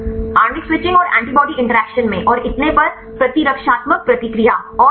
आणविक स्विचिंग और antibody interaction में और इतने पर प्रतिरक्षात्मक प्रतिक्रिया और सभी